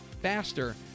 faster